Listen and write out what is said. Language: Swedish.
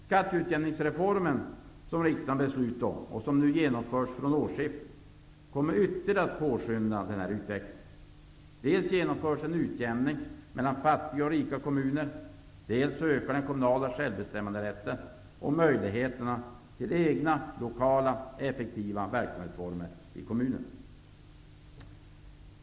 Skatteutjämningsreformen, som riksdagen fattat beslut om och som genomförs från årsskiftet, kommer att ytterligare påskynda den här utvecklingen. Dels genomförs en utjämning mellan fattiga och rika kommuner, dels ökar den kommunala självbestämmanderätten och möjligheterna till egna lokala, effektiva verksamhetsformer i kommunerna.